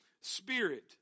spirit